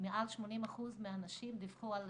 מעל 80% מהנשים דיווחו על